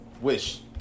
Wish